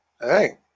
Hey